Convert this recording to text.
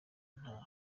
nta